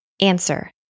Answer